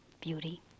beauty